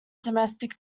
domestic